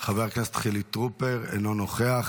חבר הכנסת חילי טרופר, אינו נוכח.